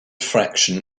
fraction